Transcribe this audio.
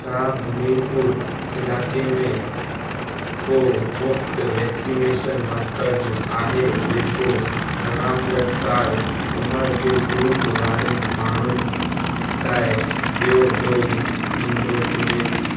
छा हमीरपुर इलाइक़े में को मुफ़्ति वैक्सिनेशन मर्कज़ु आहे जेको अरड़हं प्लस साल उमिरि जे ग्रूप वारनि माण्हुनि लाइ बि॒यो डोज ॾींदो हुजे